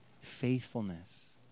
faithfulness